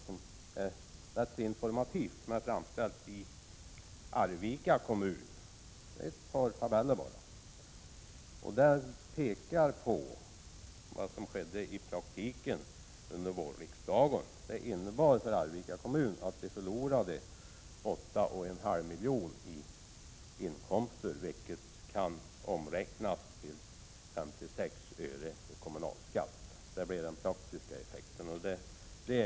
Dokumentet är framställt i Arvika. Riksdagens beslut i våras innebar i praktiken att Arvika kommun förlorade 8,5 milj.kr. i inkomster, vilket motsvarar 56 öre i kommunalskatt.